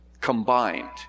combined